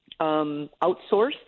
outsourced